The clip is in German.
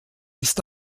ist